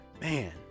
man